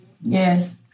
Yes